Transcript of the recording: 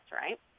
right